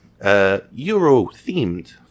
Euro-themed